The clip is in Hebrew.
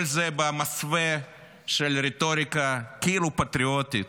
כל זה במסווה של רטוריקה כאילו פטריוטית.